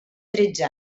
tretze